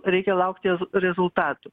reikia laukti rezultatų